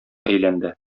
әйләнде